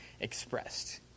expressed